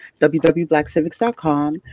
www.blackcivics.com